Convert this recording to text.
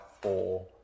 four